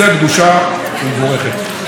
תודה רבה לחבר הכנסת דן סידה.